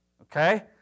okay